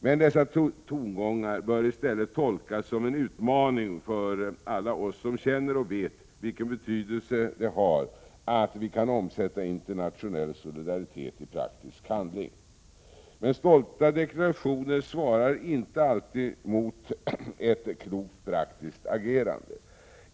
Men dessa tongångar bör i stället tolkas som en utmaning för alla oss som inser och vet vilken betydelse det har att vi kan omsätta internationell solidaritet i praktisk handling. Men stolta deklarationer svarar inte alltid mot ett klokt praktiskt agerande.